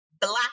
black